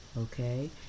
okay